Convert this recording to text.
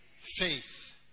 faith